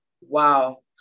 wow